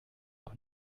auch